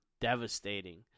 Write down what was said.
Devastating